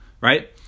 right